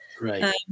Right